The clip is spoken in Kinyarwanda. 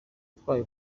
yatwaye